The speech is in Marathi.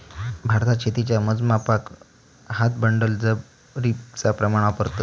भारतात शेतीच्या मोजमापाक हात, बंडल, जरीबचा प्रमाण वापरतत